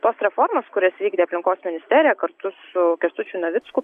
tos reformos kurias vykdė aplinkos ministerija kartu su kęstučiu navicku